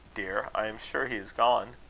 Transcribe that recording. dear? i am sure he is gone.